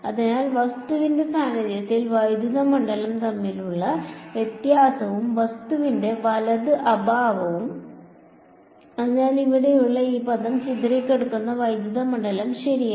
അതിനാൽ വസ്തുവിന്റെ സാന്നിധ്യത്തിൽ വൈദ്യുത മണ്ഡലം തമ്മിലുള്ള വ്യത്യാസവും വസ്തുവിന്റെ വലത് അഭാവവും അതിനാൽ ഇവിടെയുള്ള ഈ പദം ചിതറിക്കിടക്കുന്ന വൈദ്യുത മണ്ഡലം ശരിയാണ്